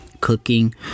cooking